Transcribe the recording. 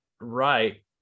right